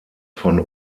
von